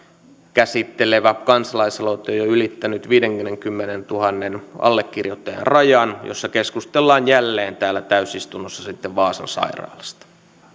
käsittelevä kansalaisaloite on jo ylittänyt viidenkymmenentuhannen allekirjoittajan rajan ja siinä keskustellaan jälleen täällä täysistunnossa sitten vaasan sairaalasta